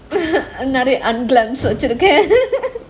நெறய:neraya unglamarous வச்சிருக்கேன்:vachirukkaen